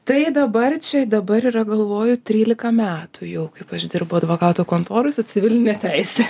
tai dabar čia dabar yra galvoju trylika metų jau kaip aš dirbu advokatų kontoroj civiline teise